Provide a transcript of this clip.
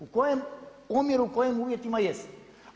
U kojem omjeru, kojim uvjetima jeste.